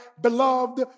beloved